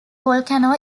volcano